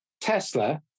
Tesla